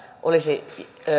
olisi